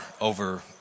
over